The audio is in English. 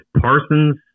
Parsons